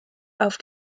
auf